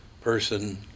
person